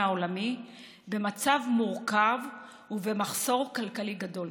העולמי במצב מורכב ובמחסור כלכלי גדול,